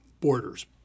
borders